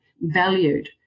valued